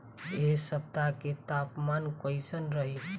एह सप्ताह के तापमान कईसन रही?